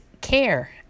care